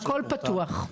הכל פתוח.